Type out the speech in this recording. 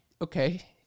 Okay